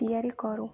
ତିଆରି କରୁ